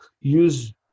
use